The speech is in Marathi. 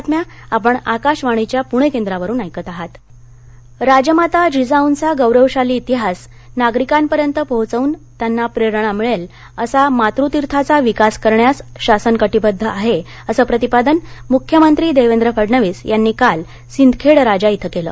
मख्यमंत्री बलढाणा राजमाता जिजाऊंचा गौरवशाली इतिहास नागरिकांपर्यंत पोहोचवून त्यांना प्रेरणा मिळेल असा मातृतिर्थाचा विकास करण्यास शासन कटीबद्ध आहे असं प्रतिपादन मुख्यीमंत्री देवेंद्र फडणवीस यांनी काल सिंदखेड राजा येथे केलं